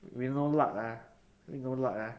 we no luck lah we no luck